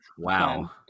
Wow